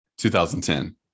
2010